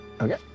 Okay